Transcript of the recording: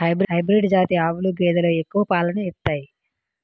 hybrid జాతి ఆవులు గేదెలు ఎక్కువ పాలను ఇత్తాయి